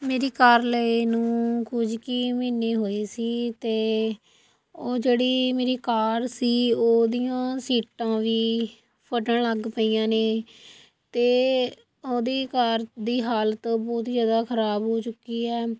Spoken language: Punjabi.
ਮੇਰੀ ਕਾਰ ਲਏ ਨੂੰ ਕੁਝ ਕੁ ਮਹੀਨੇ ਹੋਏ ਸੀ ਅਤੇ ਉਹ ਜਿਹੜੀ ਮੇਰੀ ਕਾਰ ਸੀ ਉਹਦੀਆਂ ਸੀਟਾਂ ਵੀ ਫੱਟਣ ਲੱਗ ਪਈਆਂ ਨੇ ਅਤੇ ਉਹਦੀ ਕਾਰ ਦੀ ਹਾਲਤ ਬਹੁਤ ਹੀ ਜ਼ਿਆਦਾ ਖਰਾਬ ਹੋ ਚੁੱਕੀ ਹੈ